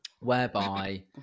whereby